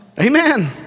Amen